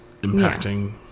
impacting